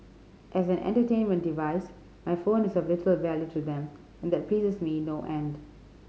as an entertainment device my phone is of little value to them and that pleases me no end